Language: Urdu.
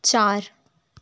چار